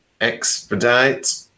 expedite